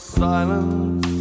silence